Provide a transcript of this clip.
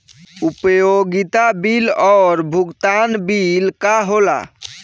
उपयोगिता बिल और भुगतान बिल का होला?